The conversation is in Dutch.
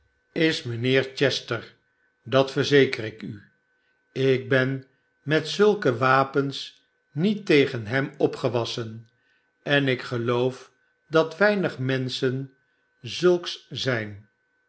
rudge heer chester dat verzeker ik u ik ben met zulke wapens met tegen hem opgewassen en ik geloof dat weinig menschen zulks zijn